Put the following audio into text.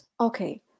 Okay